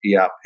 ERP